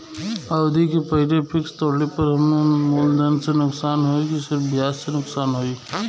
अवधि के पहिले फिक्स तोड़ले पर हम्मे मुलधन से नुकसान होयी की सिर्फ ब्याज से नुकसान होयी?